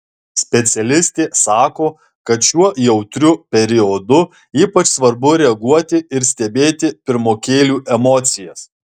specialistė sako kad šiuo jautriu periodu ypač svarbu reaguoti ir stebėti pirmokėlių emocijas